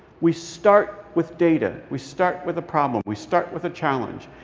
we start with data. we start with a problem. we start with a challenge.